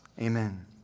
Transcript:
amen